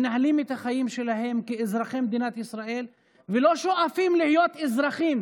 הם מנהלים את החיים שלהם כאזרחי מדינת ישראל ולא שואפים להיות אזרחים.